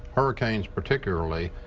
hurricanes particularly,